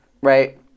right